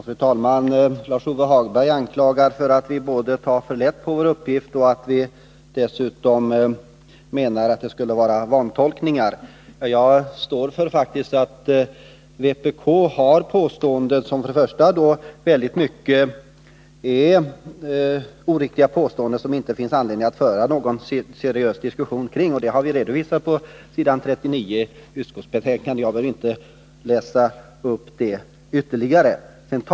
Fru talman! Lars-Ove Hagberg anklagar oss både för att vi tar för lätt på vår uppgift och för att vi anser att vpk-motionen innehåller vantolkningar. Jag står fast vid att vpk i motionen gör väldigt många oriktiga påståenden, som det inte finns anledning att föra någon seriös diskussion kring. Detta har vi redovisat på s. 39 i utskottsbetänkandet, och jag behöver därför inte läsa upp det.